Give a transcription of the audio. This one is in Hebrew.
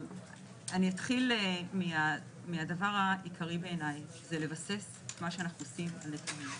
אתחיל מהדבר העיקרי לבסס את מה שאנו עושים על נתונים.